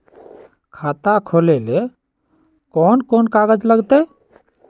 खाता खोले ले कौन कौन कागज लगतै?